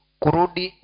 kurudi